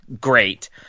Great